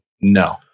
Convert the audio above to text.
no